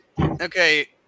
okay